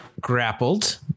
grappled